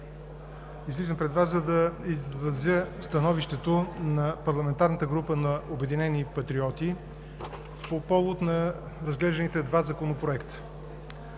Излизам пред Вас, за да изразя становището на парламентарната група на „Обединени патриоти“ по повод разглежданите два законопроекта.